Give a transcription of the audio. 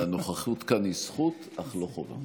והנוכחות כאן היא זכות אך לא חובה.